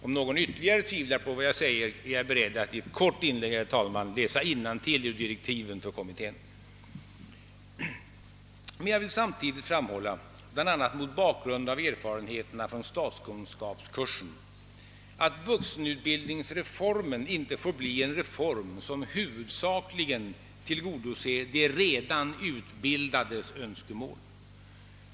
För att ytterligare belysa vad jag har sagt är jag beredd att i ett kort inlägg, herr talman, läsa innantill ur direktiven för kommittén, om någon tvivlar på riktigheten av vad jag sagt. Jag vill samtidigt framhålla, bl.a. mot bakgrund av erfarenheterna från statskunskapskursen, att vuxenutbildningsreformen inte får bli en reform som huvudsakligen tillgodoser de redan utbildades önskemål.